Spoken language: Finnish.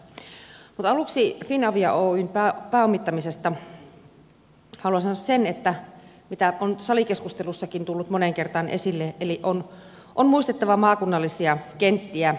mutta aluksi finavia oyn pääomittamisesta haluan sanoa sen mitä on salikeskustelussakin tullut moneen kertaan esille eli on muistettava maakunnallisia kenttiä